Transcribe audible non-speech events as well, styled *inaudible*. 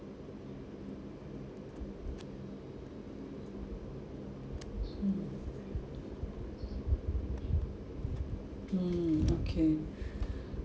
mm mm okay *breath*